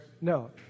No